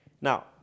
Now